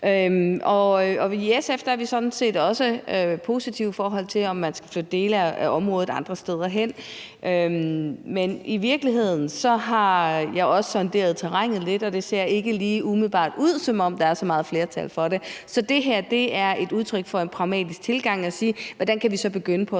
Og i SF er vi sådan set også positive, i forhold til om man skal flytte dele af området andre steder hen. Men i virkeligheden har jeg også sonderet terrænet lidt, og det ser ikke lige umiddelbart ud, som om der er et flertal for det. Så det er et udtryk for en pragmatisk tilgang at sige: Hvordan kan vi så begynde at